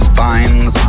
Spines